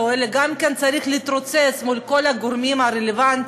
אלא צריך גם להתרוצץ מול כל הגורמים הרלוונטיים